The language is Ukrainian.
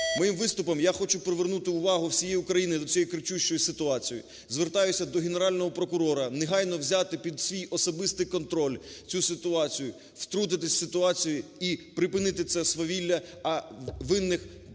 Моїм виступом я хочу привернути увагу всієї України до цієї кричущої ситуації. Звертаюся до Генерального прокурора негайно взяти під свій особистий контроль цю ситуація, втрутитись в ситуацію і припинити це свавілля, а винних треба